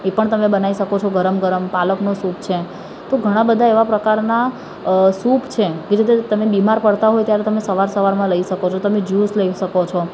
એ પણ તમે બનાવી શકો છો ગરમ ગરમ પાલકનો સૂપ છે તો ઘણા બધા એવા પ્રકારના સૂપ છે કે જે તમે બીમાર પડતા હોય ત્યારે તમે સવાર સવારમાં લઇ શકો છો તમે જ્યૂસ લઇ શકો છો